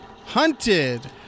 Hunted